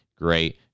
Great